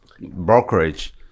brokerage